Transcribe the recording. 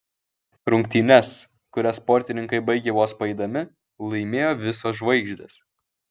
rungtynes kurias sportininkai baigė vos paeidami laimėjo visos žvaigždės